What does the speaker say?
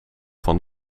van